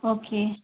okay